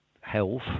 health